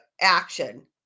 action